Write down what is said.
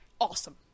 awesome